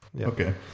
Okay